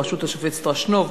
בראשות השופט שטרסנוב,